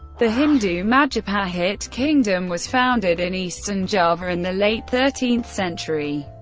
the hindu majapahit kingdom was founded in eastern java in the late thirteenth century,